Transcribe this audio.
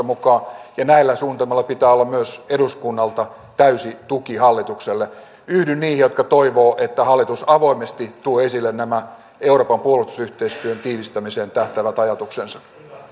mukaan ja näillä suunnitelmilla pitää olla myös eduskunnalta täysi tuki hallitukselle yhdyn niihin jotka toivovat että hallitus avoimesti tuo esille nämä euroopan puolustusyhteistyön tiivistämiseen tähtäävät ajatuksensa